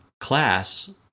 class